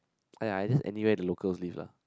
!aiya! just anywhere the locals live lah